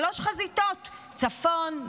שלוש חזיתות: צפון,